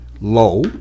low